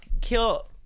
kill